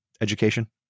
education